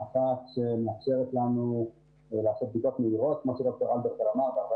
יש טכנולוגיה אחת שמאפשרת לנו לעשות בדיקות מהירות כמו שד"ר הלברטל אמר,